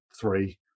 three